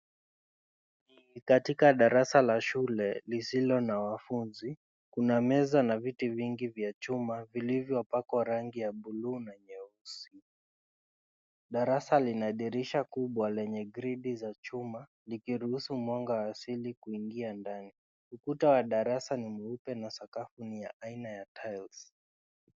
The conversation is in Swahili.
Hii ni katika darasa la shule lisilo na wanafunzi. Kuna meza na viti vingi vya chuma vilivyopakwa rangi ya blue na nyeusi. Darasa lina dirisha kubwa lenye gridi za chuma likiruhusu mwanga asili kuingia ndani. Ukuta wa darasa ni mweupe na sakafu ni ya aina ya tiles .